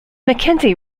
mackenzie